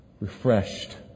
refreshed